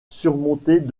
surmontés